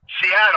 Seattle